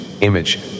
Image